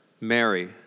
Mary